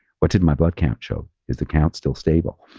what did my blood count show? is the count still stable?